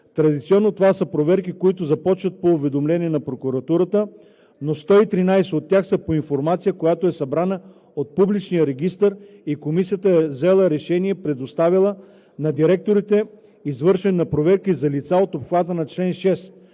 Традиционно това са проверки, които започват по уведомление на прокуратурата, но 113 от тях са по информация, която е събрана от Публичния регистър, и Комисията е взела решение и е предоставила на директорите извършване на проверки за лица от обхвата на чл. 6